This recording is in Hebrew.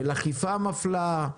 של אכיפה מפלה,